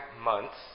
months